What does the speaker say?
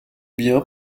biens